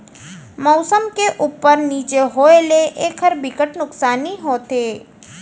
मउसम के उप्पर नीचे होए ले एखर बिकट नुकसानी होथे